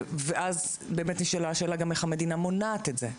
ואז נשאלה השאלה גם איך המדינה מונעת את זה,